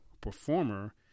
performer